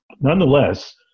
Nonetheless